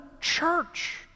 church